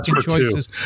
choices